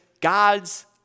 God's